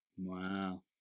Wow